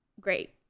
great